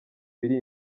biri